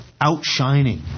outshining